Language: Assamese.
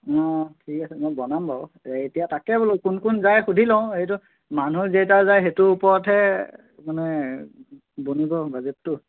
অঁ ঠিক আছে মই বনাম বাৰু এতিয়া তাকে বোলো কোন কোন যায় সুধি লওঁ এইটো মানুহ যেইটা যায় সেইটোৰ ওপৰতহে মানে বনিব বাজেটটো